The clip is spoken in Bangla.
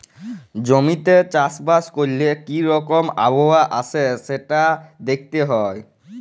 জমিতে চাষ বাস ক্যরলে কি রকম আবহাওয়া আসে সেটা দ্যাখতে হ্যয়